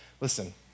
listen